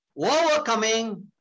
Overcoming